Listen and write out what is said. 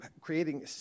creating